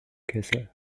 kessel